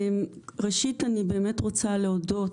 ראשית אני באמת רוצה להודות